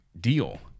deal